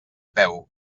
peu